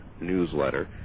Newsletter